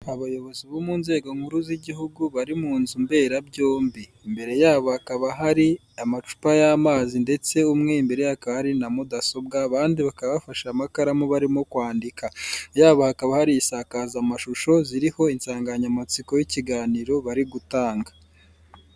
Abayobozi bo mu nzego nkuru z'igihugu bari mu nzu bearabyombi, imbere yabo hakaba hari amacupa y'amazi umwe imbere ye hakaba hari na mudasobwa, abandi bakaba bafashe amakaramu barimo kwandika, imbere yabo hakaba hari insakaza ziriho insanganyamatsiko y'ikiganiro bari gutanga.